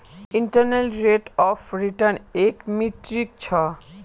internal rate of return एक metric छ